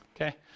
Okay